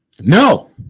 No